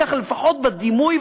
כך לפחות בדימוי,